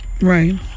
Right